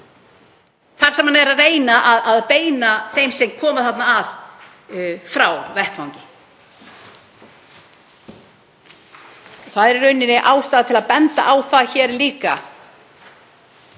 þar sem hann er að reyna að beina þeim sem koma þarna að frá vettvangi. Það er í rauninni ástæða til að benda á það líka